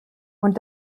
und